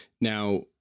Now